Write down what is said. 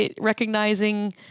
recognizing